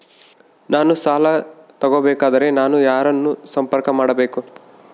ನಾನು ಸಾಲ ತಗೋಬೇಕಾದರೆ ನಾನು ಯಾರನ್ನು ಸಂಪರ್ಕ ಮಾಡಬೇಕು?